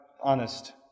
honest